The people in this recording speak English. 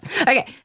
Okay